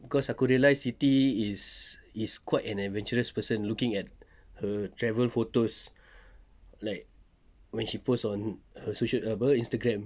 cause aku realise siti is is quite an adventurous person looking at her travel photos like when she posts on her social apa instagram